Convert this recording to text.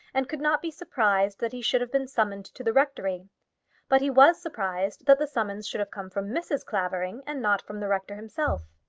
and could not be surprised that he should have been summoned to the rectory but he was surprised that the summons should have come from mrs. clavering, and not from the rector himself.